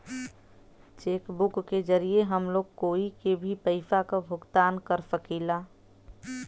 check book के जरिये हम लोग कोई के भी पइसा क भुगतान कर सकीला